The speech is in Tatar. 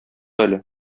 әле